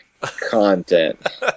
content